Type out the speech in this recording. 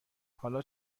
حالا